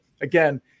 again